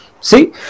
See